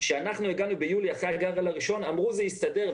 כשאנחנו הגענו ביולי אחרי הגל הראשון אמרו: זה יסתדר.